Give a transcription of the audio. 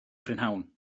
prynhawn